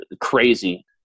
crazy